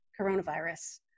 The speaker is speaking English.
coronavirus